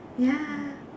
ya